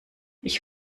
ich